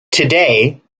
today